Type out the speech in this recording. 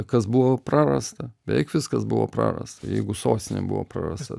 kas buvo prarasta beveik viskas buvo prarasta jeigu sostinė buvo prarasta